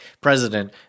president